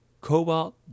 Cobalt